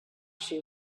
she